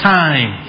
time